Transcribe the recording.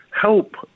help